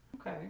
Okay